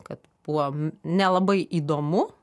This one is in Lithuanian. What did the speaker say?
kad buvo nelabai įdomu